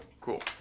Cool